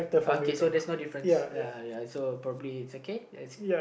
okay so there's no difference ya so probably it's okay ya it's